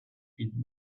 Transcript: did